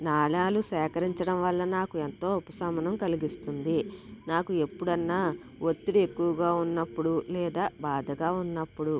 నాణాలు సేకరించడం వల్ల నాకు ఎంతో ఉపశమనం కలిగిస్తుంది నాకు ఎప్పుడన్నా ఒత్తిడి ఎక్కువగా ఉన్నప్పుడు లేదా బాధగా ఉన్నప్పుడు